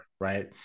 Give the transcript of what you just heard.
right